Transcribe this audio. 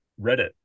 reddit